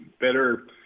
better